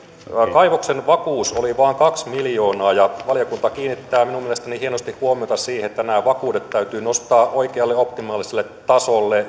kaivoksen vakuus oli vain kaksi miljoonaa ja valiokunta kiinnittää minun mielestäni hienosti huomiota siihen että nämä vakuudet täytyy nostaa oikealle optimaaliselle tasolle